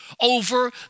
over